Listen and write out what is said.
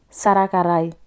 sarakarai